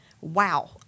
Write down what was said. Wow